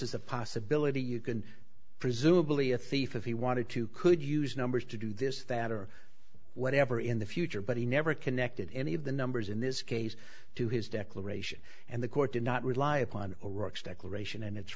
is a possibility you can presumably a thief if he wanted to could use numbers to do this that or whatever in the future but he never connected any of the numbers in this case to his declaration and the court did not rely upon iraq's declaration and it's